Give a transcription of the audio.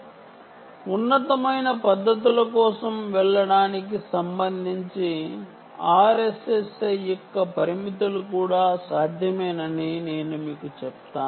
నేను మీకు ఏవి సాధ్యమో చెప్తాను ఉన్నతమైన పద్ధతుల కి సంబంధించి RSSI యొక్క పరిమితులు నేను మీకు చెప్తాను